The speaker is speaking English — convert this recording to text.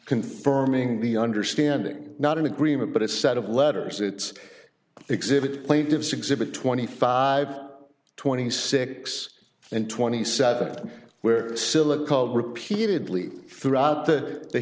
confirming the understanding not in agreement but a set of letters it's exhibit plaintiff's exhibit twenty five twenty six and twenty seven where silla called repeatedly throughout th